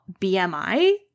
BMI